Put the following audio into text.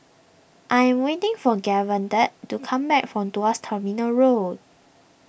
I am waiting for Davante to come back from Tuas Terminal Road